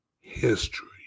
history